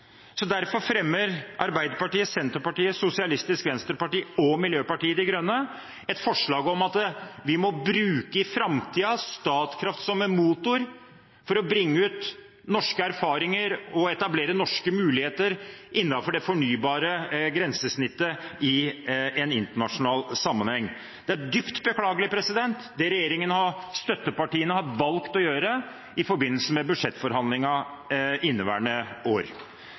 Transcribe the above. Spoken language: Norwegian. Derfor fremmer Arbeiderpartiet, Senterpartiet, Sosialistisk Venstreparti og Miljøpartiet De Grønne et forslag om at vi i framtiden må bruke Statkraft som motor for å bringe ut norske erfaringer og etablere norske muligheter innenfor det fornybare grensesnittet i en internasjonal sammenheng. Det er dypt beklagelig det regjeringen og støttepartiene har valgt å gjøre i budsjettforhandlingene i inneværende år.